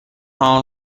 همان